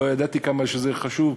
לא ידעתי כמה שזה חשוב,